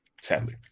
sadly